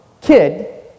kid